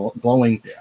glowing